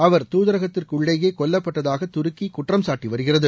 அவர் தூதரகத்திற்குள்ளேயே கொல்லப்பட்டதாக துருக்கி குற்றம்சாட்டி வருகிறது